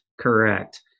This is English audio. correct